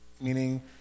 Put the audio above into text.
meaning